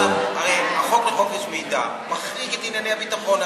אבל הרי החוק לחופש מידע מחריג את ענייני הביטחון,